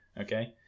okay